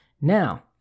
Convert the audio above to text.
Now